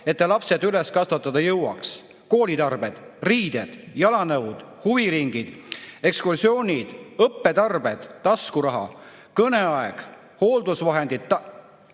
et ta lapsed üles kasvatada jõuaks. Koolitarbed, riided, jalanõud, huviringid, ekskursioonid, õppetarbed, taskuraha, kõneaeg, hooldusvahendid,